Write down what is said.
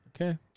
Okay